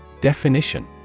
Definition